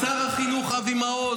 שבוע,